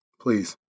Please